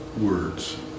words